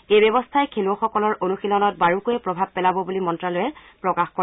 এই ব্যৱস্থাই খেলুৱৈসকলৰ অনুশীলনত বাৰুকৈয়ে প্ৰভাৱ পেলাব বুলি মন্তালয়ে লগতে প্ৰকাশ কৰে